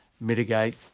mitigate